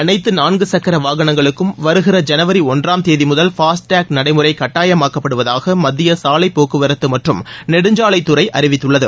அனைத்து நாள்கு சக்கர வாகனங்களுக்கும் வருகிற ஜனவரி ஒன்றாம் தேதிமுதல் ஃபாஸ்டேக் நடைமுறை கட்டாயமாக்கப்படுவதாக மத்திய சாலைப்போக்குவரத்து மற்றும் நெடுஞ்சாலைத்துறை அறிவித்துள்ளது